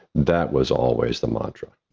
that was always the mantra.